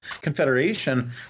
Confederation